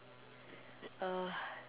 uh